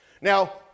Now